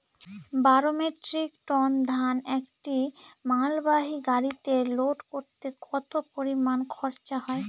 বারো metric ton ধান একটি মালবাহী গাড়িতে লোড করতে কতো পরিমাণ খরচা হয়?